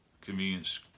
convenience